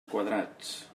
quadrats